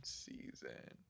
season